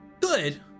Good